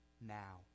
now